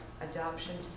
adoption